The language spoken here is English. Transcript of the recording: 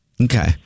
Okay